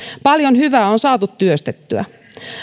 paljon hyvää on saatu työstettyä